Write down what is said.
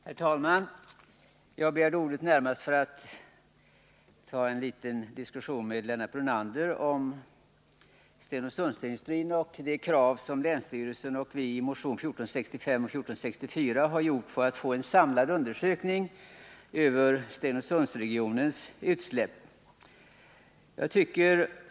Herr talman! Jag begärde ordet närmast för att ta upp en liten diskussion med Lennart Brunander om Stenungsundsindustrin och de krav som länsstyrelsen och vi som står bakom motionerna 1465 och 1464 har ställt för att få en samlad undersökning av Stenungsundsregionens utsläpp.